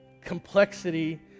complexity